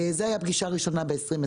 זאת הייתה פגישה ראשונה ב-2020.